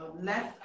left